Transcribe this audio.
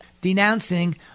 denouncing